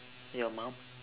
your mum